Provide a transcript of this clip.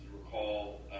recall